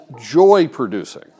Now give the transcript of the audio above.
joy-producing